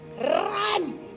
run